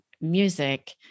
music